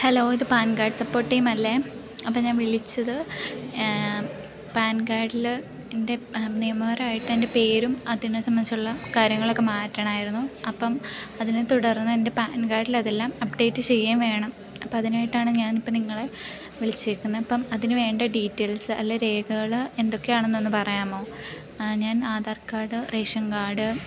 hello ഇത് PAN card support ടീമല്ലേ അപ്പോൾ ഞാൻ വിളിച്ചത് പാൻകാർഡിൽ എൻ്റെ നിയമപരമായിട്ട് എൻ്റെ പേരും അതിനെ സംബന്ധിച്ചുള്ള കാര്യങ്ങളൊക്കെ മാറ്റണമായിരുന്നു അപ്പം അതിനെത്തുടർന്ന് എൻ്റെ പാൻകാർഡിൽ അതെല്ലാം അപ്ഡേറ്റ് ചെയ്യേവേണം അപ്പോൾ അതിനായിട്ടാണ് ഞാൻ ഇപ്പോൾ നിങ്ങളെ വിളിച്ചേക്കുന്നത് അപ്പം അതിനുവേണ്ട ഡീറ്റൈൽസ് അല്ലേ രേഖകൾ എന്തൊക്കെയാണെന്നൊന്നു പറയാമോ ഞാൻ ആധാർ കാഡ് റേഷ കാഡ്